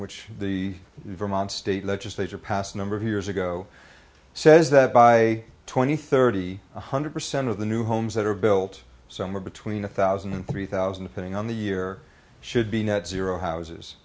which the vermont state legislature passed a number of years ago says that by twenty thirty one hundred percent of the new homes that are built somewhere between one thousand and three thousand putting on the year should be net zero houses